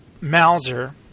Mauser